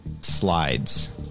Slides